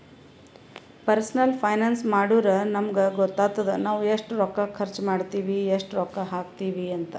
personal finance ಮಾಡುರ್ ನಮುಗ್ ಗೊತ್ತಾತುದ್ ನಾವ್ ಎಸ್ಟ್ ರೊಕ್ಕಾ ಖರ್ಚ್ ಮಾಡ್ತಿವಿ, ಎಸ್ಟ್ ರೊಕ್ಕಾ ಹಾಕ್ತಿವ್ ಅಂತ್